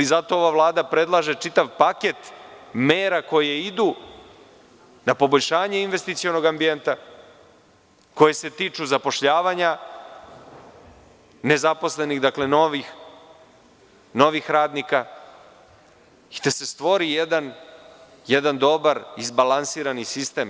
Zato ova Vlada predlaže čitav paket mera koje idu na poboljšanje investicionog ambijenta, a koje se tiču zapošljavanja nezaposlenih, dakle novih radnika, i da se stvori jedan dobar, izbalansirani sistem.